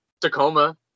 Tacoma